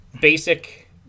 basic